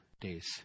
days